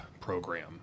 program